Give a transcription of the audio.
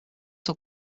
will